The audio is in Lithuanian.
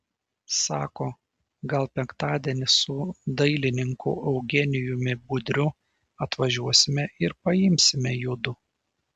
sako gal penktadienį su dailininku eugenijumi budriu atvažiuosime ir paimsime judu